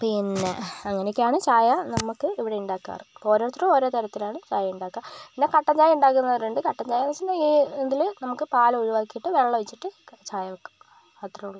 പിന്നെ അങ്ങനെയൊക്കെയാണ് ചായ നമുക്ക് ഇവിടെ ഉണ്ടാക്കാറ് അപ്പം ഓരോരുത്തർ ഓരോ തരത്തിലാണ് ചായ ഉണ്ടാക്കുക എന്നാൽ കട്ടൻചായ ഉണ്ടാക്കുന്നവരുണ്ട് കട്ടൻചായ വെച്ചിട്ടുണ്ടെങ്കിൽ ഇതിൽ നമുക്ക് പാൽ ഒഴിവാക്കിയിട്ട് വെള്ളം ഒഴിച്ചിട്ട് ചായ വെക്കാം അത്രയേ ഉള്ളൂ